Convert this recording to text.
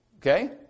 Okay